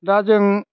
दा जों